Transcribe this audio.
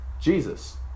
Jesus